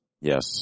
Yes